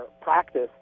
practice